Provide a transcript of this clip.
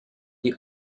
the